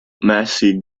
massey